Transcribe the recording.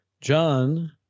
John